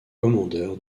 commandeur